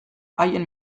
haien